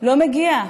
לא מגיע.